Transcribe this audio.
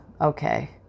Okay